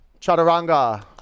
Chaturanga